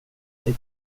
sig